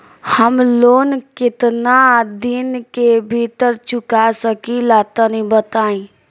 हम लोन केतना दिन के भीतर चुका सकिला तनि बताईं?